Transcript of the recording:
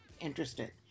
interested